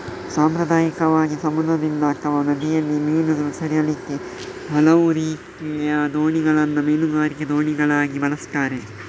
ಸಾಂಪ್ರದಾಯಿಕವಾಗಿ ಸಮುದ್ರದಲ್ಲಿ ಅಥವಾ ನದಿಯಲ್ಲಿ ಮೀನು ಹಿಡೀಲಿಕ್ಕೆ ಹಲವು ರೀತಿಯ ದೋಣಿಗಳನ್ನ ಮೀನುಗಾರಿಕೆ ದೋಣಿಗಳಾಗಿ ಬಳಸ್ತಾರೆ